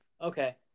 Okay